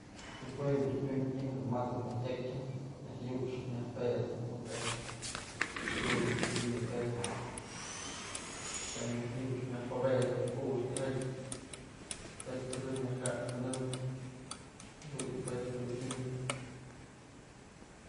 Pues jue yëdun tyun ji'im jedun mat'sëp ma tyekën myaj yuxëp myaj pedëp jadun yëdun tyun yë pëtkë tyam myaj yuxëp myaj pabetëp pux tijatyë pet pësëmëp myaj kaspësëmëpjadun yë petkë dun tyun.